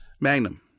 Magnum